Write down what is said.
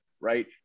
right